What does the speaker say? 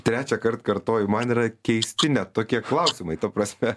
trečiąkart kartoju man yra keisti ne tokie klausimai ta prasme